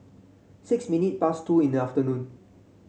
six minute past two in the afternoon